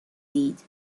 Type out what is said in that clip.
دید